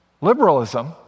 Liberalism